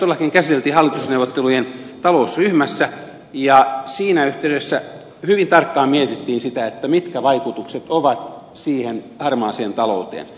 asiaa todellakin käsiteltiin hallitusneuvottelujen talousryhmässä ja siinä yhteydessä hyvin tarkkaan mietittiin sitä mitkä vaikutukset ovat siihen harmaaseen talouteen